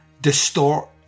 distort